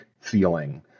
feeling